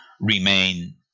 remain